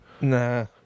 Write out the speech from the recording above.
Nah